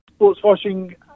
Sportswashing